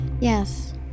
Yes